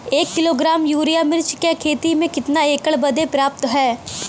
एक kilogram urea मिर्च क खेती में कितना एकड़ बदे पर्याप्त ह?